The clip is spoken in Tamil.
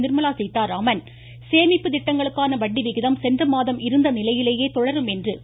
நிர்மலா சீதாராமன் சேமிப்பு திட்டங்களுக்கான வட்டி விகிதம் சென்ற மாதம் இருந்த நிலையிலேயே தொடரும் என்று கூறியிருக்கிறார்